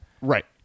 Right